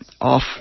off